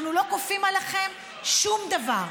מעסיקים, אנחנו לא כופים עליכם שום דבר.